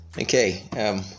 Okay